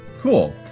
cool